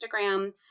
Instagram